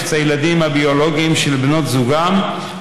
את הילדים הביולוגיים של בנות זוגן,